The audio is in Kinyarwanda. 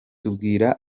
tubwira